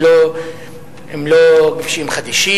הם לא כבישים חדשים.